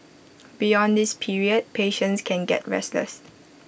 beyond this period patients can get restless